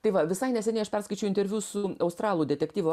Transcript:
tai va visai neseniai aš perskaičiau interviu su australų detektyvų